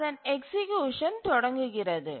அதன் எக்சீக்யூசன் தொடங்குகிறது